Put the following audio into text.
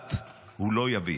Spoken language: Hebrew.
המוחלט הוא לא יביא.